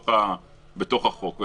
בתוך החוק הזה.